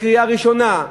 לקריאה ראשונה,